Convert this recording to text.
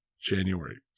January